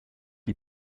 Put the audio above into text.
die